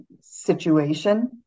situation